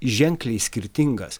ženkliai skirtingas